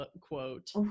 quote